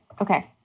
Okay